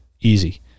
easy